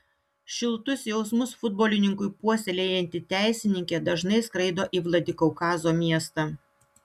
šiltus jausmus futbolininkui puoselėjanti teisininkė dažnai skraido į vladikaukazo miestą